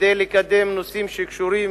כדי לקדם נושאים שקשורים